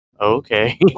okay